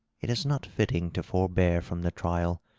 it is not fitting to forbear from the trial.